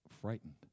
frightened